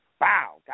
Wow